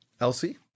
Elsie